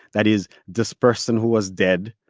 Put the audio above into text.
that is, this person who was dead,